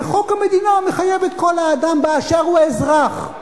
וחוק המדינה מחייב את כל האדם באשר הוא אזרח.